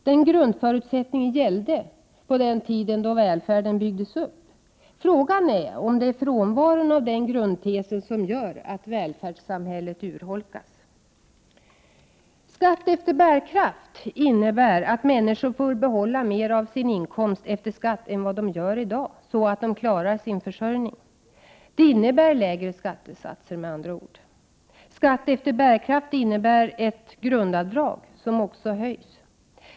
Den grundförutsättningen gällde på den tiden då välfärden byggdes upp. Frågan är om det är frånvaron av den grundtesen som gör att välfärdssamhället urholkas. Skatt efter bärkraft innebär att människor får behålla mer av sin inkomst efter skatt än de får i dag, så att de klarar sin försörjning. Det innebär med andra ord lägre skattesatser. Skatt efter bärkraft innebär ett grundavdrag, som också höjs.